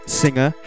singer